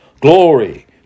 Glory